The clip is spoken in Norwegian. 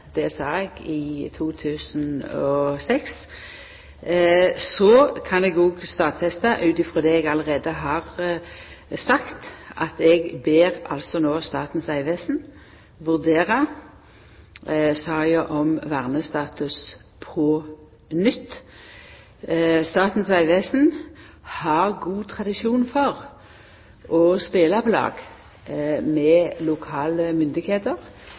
Det sa eg i 2006. Så kan eg òg stadfesta, ut frå det eg allereie har sagt, at eg ber Statens vegvesen no vurdera saka om vernestatus på nytt. Statens vegvesen har god tradisjon for å spela på lag med lokale